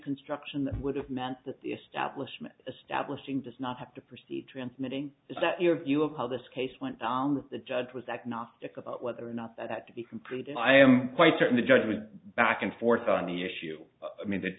construction that would have meant that the establishment establishing does not have to proceed transmitting is that your view of how this case went down that the judge was agnostic about whether or not that to be completed i am quite certain the judge was back and forth on the issue i mean